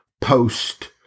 post